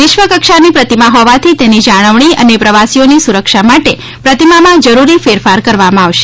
વિશ્વ કક્ષાની પ્રતિમા હોવાથી તેની જાળવણી અને પ્રવાસીઓની સુરક્ષા માટે પ્રતિમામાં જરૂરી ફેરફાર કરવામાં આવશે